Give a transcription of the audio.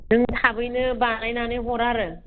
नों थाबैनो बानायनानै हर आरो